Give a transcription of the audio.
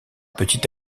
petit